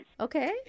Okay